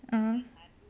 (uh huh)